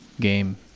game